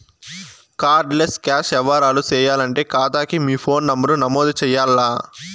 card less cash యవ్వారాలు సేయాలంటే కాతాకి మీ ఫోను నంబరు నమోదు చెయ్యాల్ల